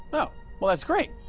oh. well that's great.